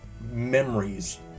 memories